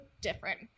different